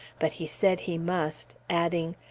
but he said he must, adding,